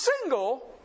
single